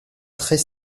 très